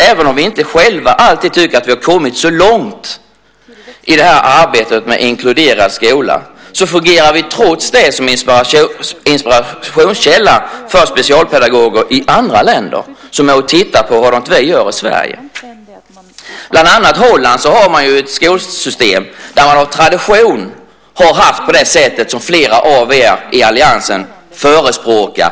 Även om vi inte själva alltid tycker att vi har kommit så långt i arbetet med inkluderad skola fungerar vi trots det som inspirationskälla för specialpedagoger i andra länder som är och tittar på hur vi gör i Sverige. Bland annat har man i Holland ett skolsystem där man av tradition har haft på det sättet som flera av er i alliansen förespråkar.